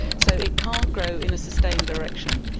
so it can't grow in a sustained direction,